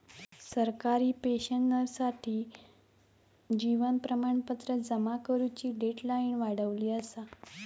सरकारी पेंशनर्ससाठी जीवन प्रमाणपत्र जमा करुची डेडलाईन वाढवली असा